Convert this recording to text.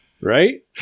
Right